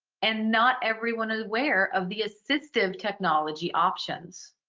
and not everyone is aware of the assistive technology options.